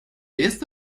jest